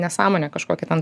nesąmonę kažkokią ten